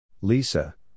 Lisa